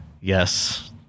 yes